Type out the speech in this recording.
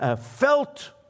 felt